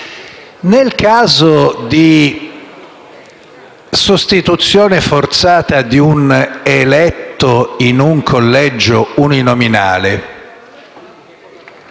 Nel caso di sostituzione forzata di un eletto in un collegio uninominale